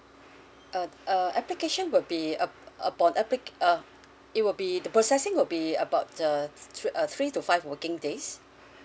uh uh application will be uh upon appli~ uh it will be the processing will be about uh three uh three to five working days